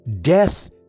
Death